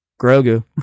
Grogu